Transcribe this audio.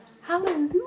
Hallelujah